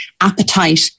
appetite